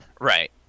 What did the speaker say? Right